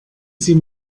sie